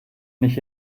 nicht